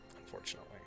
Unfortunately